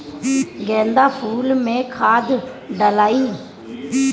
गेंदा फुल मे खाद डालाई?